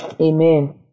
Amen